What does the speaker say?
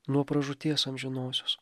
nuo pražūties amžinosios